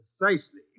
Precisely